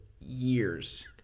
years